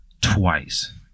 twice